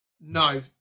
No